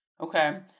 Okay